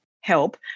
help